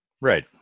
Right